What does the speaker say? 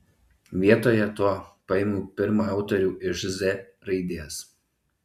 vietoje to paėmiau pirmą autorių iš z raidės